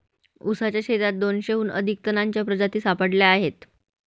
ऊसाच्या शेतात दोनशेहून अधिक तणांच्या प्रजाती सापडल्या आहेत